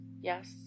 Yes